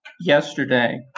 yesterday